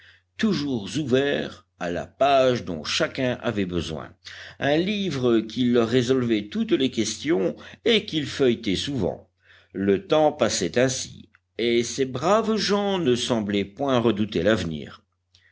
toujours ouvert à la page dont chacun avait besoin un livre qui leur résolvait toutes les questions et qu'ils feuilletaient souvent le temps passait ainsi et ces braves gens ne semblaient point redouter l'avenir